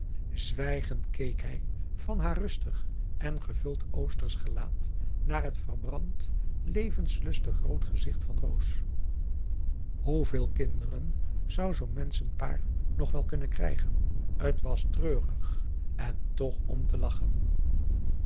zwijgend keek hij van haar rustig en gevuld oostersch gelaat naar het verbrand levenslustig rood gezicht van roos hoeveel kinderen zou zoo'n menschenpaar nog wel kunnen krijgen t was treurig en toch om te lachen